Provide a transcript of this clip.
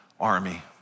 army